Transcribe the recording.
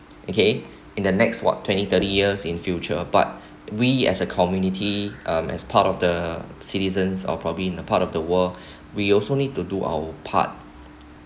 okay in the next what twenty thirty years in future but we as a community um as part of the citizens or probably in a part of the world we also need to do our part